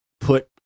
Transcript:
put